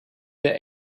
der